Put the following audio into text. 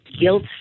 guilt